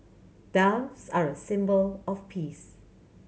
doves are a symbol of peace